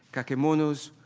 kakemonos,